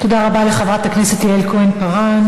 תודה רבה לחברת הכנסת יעל כהן-פארן.